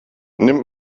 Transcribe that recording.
nimmt